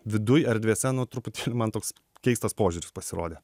viduj erdvėse nu truputį man toks keistas požiūris pasirodė